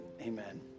Amen